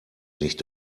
nicht